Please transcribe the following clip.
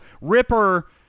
Ripper